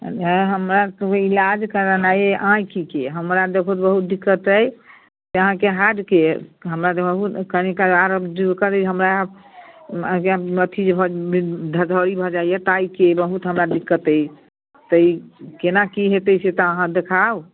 हमर तू ईलाज करेनाइ यऽ आँखिके हमरा देखू बहुत दिक्कत अइ अहाँकेँ हार्डके हमर ई कनि हमरा करी हमरा अथी जे भऽ बिन धड़धड़ि भऽ जाइया ताहिके बहुत हमरा दिक्कत अइ तै केना कि होयतै से तऽ देखाउ